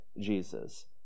Jesus